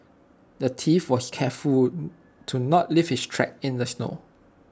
the thief was careful to not leave his tracks in the snow